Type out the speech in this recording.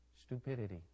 stupidity